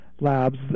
labs